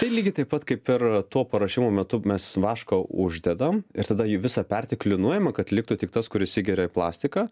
tai lygiai taip pat kaip ir tuo paruošimo metu mes vašką uždedam ir tada jį visą perteklių nuima kad liktų tik tas kuris įgeria į plastiką